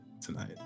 tonight